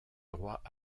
droits